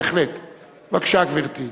בבקשה, גברתי.